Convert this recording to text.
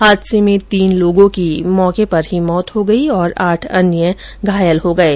हादसे में तीन लोगों की मौके पर ही मौत हो गई और आठ अन्य लोग घायल हो गये